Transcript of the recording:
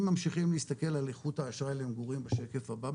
אם ממשיכים להסתכל על איכות האשראי למגורים בשקף הבא,